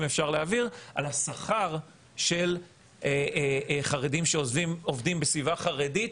על השכר של חרדים שעובדים בסביבה חרדית